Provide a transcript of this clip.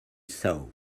saw